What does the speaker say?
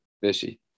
Fishy